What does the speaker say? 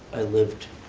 i lived